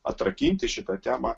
atrakinti šitą temą